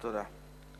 תודה.